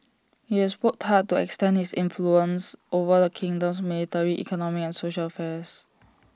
he has worked hard to extend his influence over the kingdom's military economic and social affairs